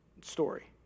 story